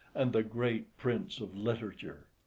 and the great prince of literature.